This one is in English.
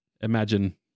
imagine